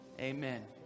Amen